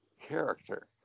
character